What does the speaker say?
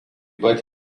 pat